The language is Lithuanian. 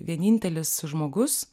vienintelis žmogus